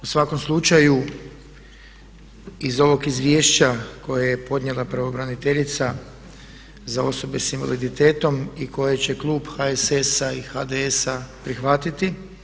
U svakom slučaju iz ovog izvješća koje je podnijela pravobraniteljica za osobe s invaliditetom i koje će klub HSS-a i HDS-a prihvatiti.